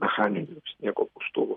mechaninių sniego pūstuvų